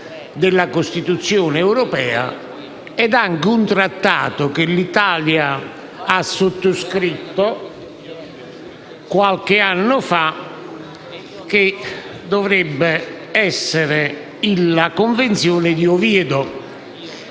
della Costituzione europea e un trattato che l'Italia ha sottoscritto qualche anno fa, ovvero la Convenzione di Oviedo,